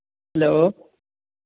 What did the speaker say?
hello